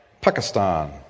Pakistan